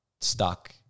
stuck